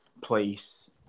place